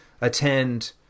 attend